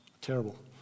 terrible